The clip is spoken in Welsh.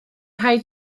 rhaid